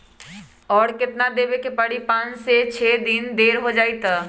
और केतना देब के परी पाँच से छे दिन देर हो जाई त?